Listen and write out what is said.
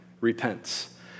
repents